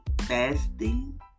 fasting